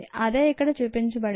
అదే ఇక్కడ చూపించబడింది